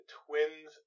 twins